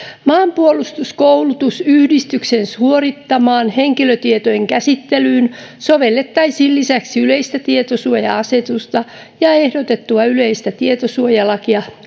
maanpuolustuskoulutusyhdistyksen suorittamaan henkilötietojen käsittelyyn sovellettaisiin lisäksi yleistä tietosuoja asetusta ja ehdotettua yleistä tietosuojalakia